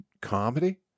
comedy